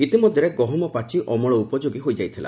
ଇତିମଧ୍ୟରେ ଗହମ ପାଚି ଅମଳ ଉପଯୋଗୀ ହୋଇଯାଇଥିଲା